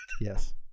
Yes